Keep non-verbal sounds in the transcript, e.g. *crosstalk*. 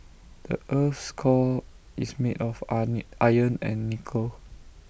the Earth's core is made of *unintelligible* iron and nickel